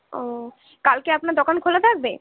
ও কালকে আপনার দোকান খোলা থাকবে